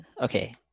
okay